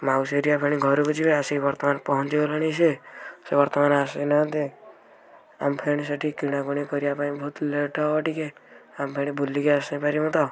ମାଉସୀ ହେରିକା ପୁଣି ଘରକୁ ଯିବେ ଆସିକି ବର୍ତ୍ତମାନ ପହଞ୍ଚି ଗଲେଣି ସେ ସେ ବର୍ତ୍ତମାନ ଆସି ନାହାନ୍ତି ଆମେ ଫେଣେ ସେଇଟି କିଣାକିଣି କରିବା ପାଇଁ ବହୁତ ଲେଟ୍ ହବ ଟିକେ ଆମେ ଫେଣେ ବୁଲିକି ଆସି ପାରିବୁ ତ